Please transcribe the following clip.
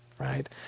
right